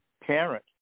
parent